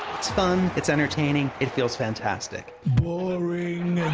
it's fun. it's entertaining. it feels fantastic. boring!